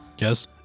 Yes